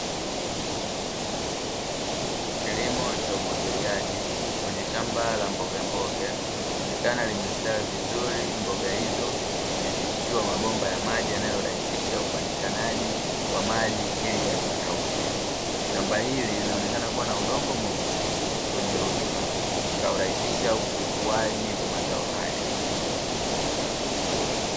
Kilimo cha umwagiliaji kwenye shamba la mboga mboga linaonekana limestawi vizuri, mboga hizo zimepitishwa mabomba ya maji yanayorahisisha upatikanaji wa maji ili yasikauke shamba hili linaonekana kuwa na udongo mweusi wenye rutuba utakaorahisisha ukuaji wa mazao haya.